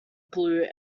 blue